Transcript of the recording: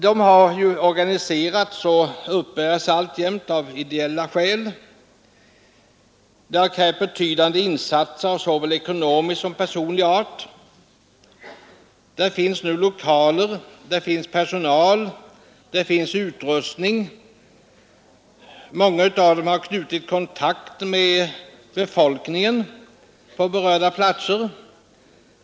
De nu existerande förskolorna har organiserats och uppbärs alltjämt av ideella skäl. Det har krävt betydande insatser av såväl ekonomisk som personlig art. Man har nu lokaler, man har personal och man har utrustning. Många av dem har knutit kontakt med befolkningen på berörda platser.